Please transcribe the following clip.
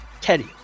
Teddy